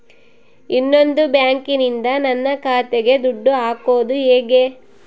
ಇನ್ನೊಂದು ಬ್ಯಾಂಕಿನಿಂದ ನನ್ನ ಖಾತೆಗೆ ದುಡ್ಡು ಹಾಕೋದು ಹೇಗೆ?